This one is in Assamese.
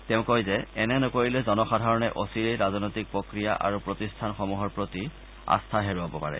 তেওঁ কয় যে এনে নকৰিলে জনসাধাৰণে অচিৰেই ৰাজনৈতিক প্ৰক্ৰিয়া আৰু প্ৰতিষ্ঠানসমূহৰ প্ৰতি আস্থা হেৰুৱাব পাৰে